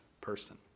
person